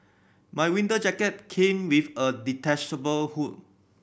my winter jacket came with a detachable hood